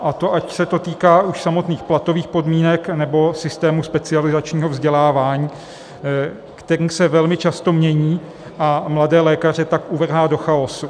A to ať se to týká už samotných platových podmínek, nebo systému specializačního vzdělávání, který se velmi často mění a mladé lékaře tak uvrhá do chaosu.